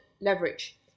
leverage